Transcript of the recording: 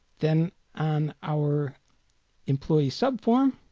then an our employees sub-form